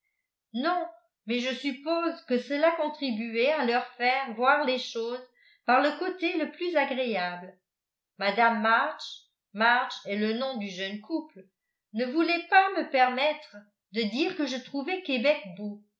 non mais je suppose que cela contribuait à leur faire voir les choses par le côté le plus agréable mme march march est le nom du jeune couple ne voulait pas me permettre de dire que je trouvais québec beau